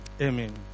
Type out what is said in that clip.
Amen